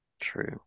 true